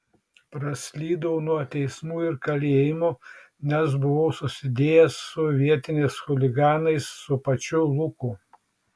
praslydau nuo teismų ir kalėjimų nes buvau susidėjęs su vietiniais chuliganais su pačiu luku